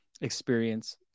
experience